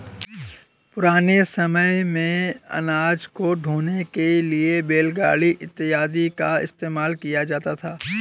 पुराने समय मेंअनाज को ढोने के लिए बैलगाड़ी इत्यादि का इस्तेमाल किया जाता था